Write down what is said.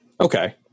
Okay